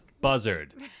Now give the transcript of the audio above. Buzzard